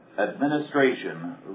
administration